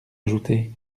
ajouter